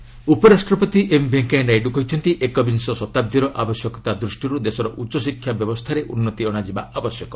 Naidu education ଉପରାଷ୍ଟ୍ରପତି M Venkaiah Naidu କହିଛନ୍ତି ଏକବିଂଶ ଶତାବ୍ଦୀର ଆବଶ୍ୟକତା ଦୃଷ୍ଟିରୁ ଦେଶର ଉଚ୍ଚଶିକ୍ଷା ବ୍ୟବସ୍ଥାରେ ଉନ୍ନତି ଅଣାଯିବା ଆବଶ୍ୟକ